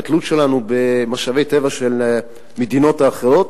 את התלות שלנו במשאבי טבע של מדינות האחרות,